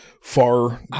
far